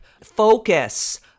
focus